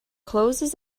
closes